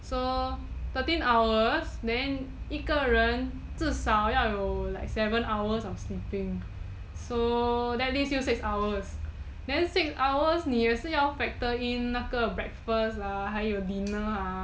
so thirteen hours then 一个人至少要有 like seven hours of sleeping so that leaves you six hours then six hours 你也是要 factor in 那个 breakfast ah 还有 dinner ah